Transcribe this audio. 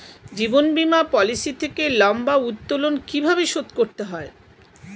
জীবন বীমা পলিসি থেকে লম্বা উত্তোলন কিভাবে শোধ করতে হয়?